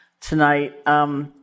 tonight